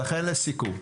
לסיכום,